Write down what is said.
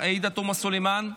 עאידה תומא סלימאן,